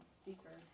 speaker